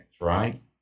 right